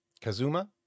Kazuma